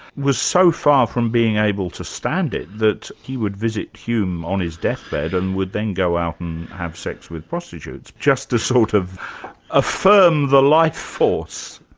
was so far from being able to stand it, that he would visit hume on his deathbed and would then go out and have sex with prostitutes, just to sort of affirm the life force.